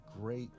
great